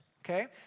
okay